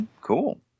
Cool